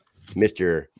Mr